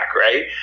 right